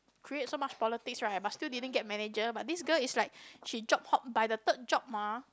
create so much politics right but still didn't get manager but this girl is like she job hopped by the third job uh